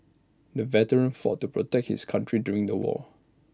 the veteran fought to protect his country during the war